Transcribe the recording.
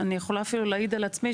אני יכולה אפילו להעיד על עצמי,